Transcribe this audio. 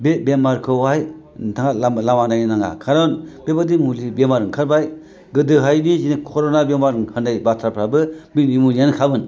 बे बेमारखौहाय नोंथाङा लामा नायनो नाङा खारन बेफोरबायदि मुलि बेमार ओंखारबाय गोदोहाय बिबादिनो कर'ना बेमार ओंखारनाय बाथ्राफ्राबो बि निम'नियाखामोन